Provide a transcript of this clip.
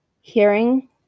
hearing